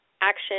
action